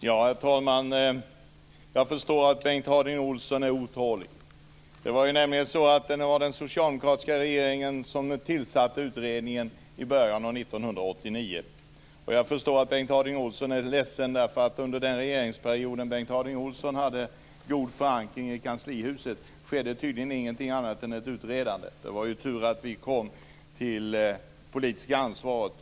Herr talman! Jag förstår att Bengt Harding Olson är otålig. Det var ju nämligen den socialdemokratiska regeringen som tillsatte utredningen i början av 1989. Jag förstår att Bengt Harding Olson är ledsen därför att under den regeringsperiod Bengt Harding Olson hade god förankring i kanslihuset skedde det tydligen ingenting annat än ett utredande. Det var ju tur att vi kom till det politiska ansvaret.